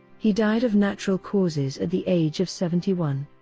he died of natural causes at the age of seventy one.